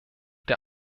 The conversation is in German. der